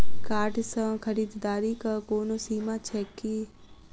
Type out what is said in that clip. Card सँ खरीददारीक कोनो सीमा छैक की?